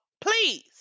please